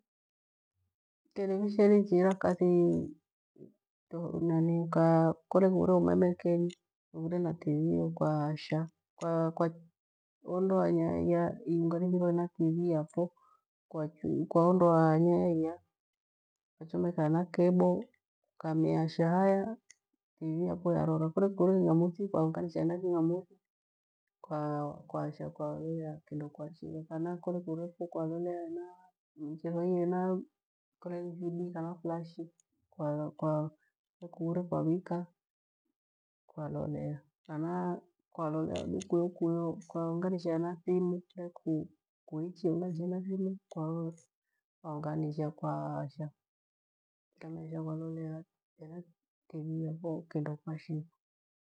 Televeshini ichihira kathi kole kure umeme kenyi kure na tivii kwaasha iho kwaondoa nyaya iungashirwe hena tivii yafo kwaondoa Nyaya iya kwachomeka hena cable ukamiasha haya tivii yafo yarera kole kwie king amuthi kwaonganisha hena king amuthi kwaasha kwalolea kindo kwa shigha kana kole kuurefo kwa lolea hena michitho hena thidi kana flash kole kuure kwavika kolelea kana kwalolea kuyokuyo kwaonganisha hena thimu kole kiichi hena thimu kwaonganisha kwaasha ukamiasha kwalolea hena tivii yafo kindokwashigha.